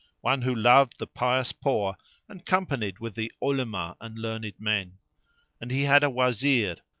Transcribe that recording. one who loved the pious poor and companied with the olema and learned men and he had a wazir,